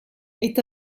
est